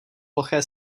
ploché